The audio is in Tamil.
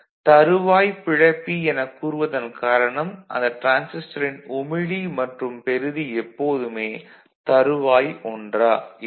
தறுவாய்ப் பிளப்பி என கூறுவதன் காரணம் அந்த டிரான்சிஸ்டரின் உமிழி மற்றும் பெறுதி எப்போதுமே தறுவாய் ஒன்றா இருக்கும்